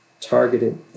targeted